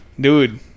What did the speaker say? Dude